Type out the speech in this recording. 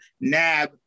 nab